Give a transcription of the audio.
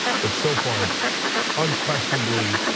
but so far unquestionably,